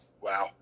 Wow